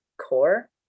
core